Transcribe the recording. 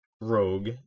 Rogue